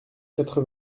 quatre